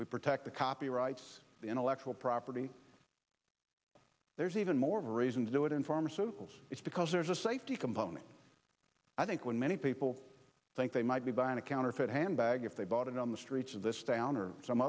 we protect the copyrights the intellectual property there's even more reason to do it in pharmaceuticals it's because there's a safety component i think when many people think they might be buying a counterfeit handbag if they bought it on the streets of this town or some